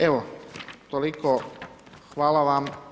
Evo, toliko, hvala vam.